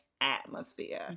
atmosphere